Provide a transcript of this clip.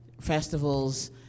festivals